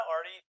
already